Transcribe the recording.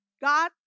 God